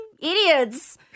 idiots